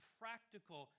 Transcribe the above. practical